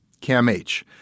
CAMH